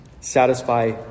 satisfy